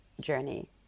journey